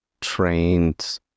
trained